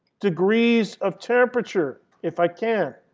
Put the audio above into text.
degrees of temperature, if i can.